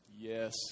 Yes